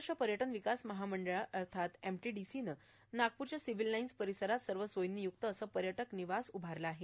महाराष्ट्र पर्यटन विकास महामंडळाने एमटीडीसी नागपूर इथल्या सिव्हील लाईन येथे सर्व सोयींनी य्क्त असे पर्यटक निवास उभारले आहे